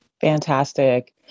Fantastic